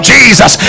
Jesus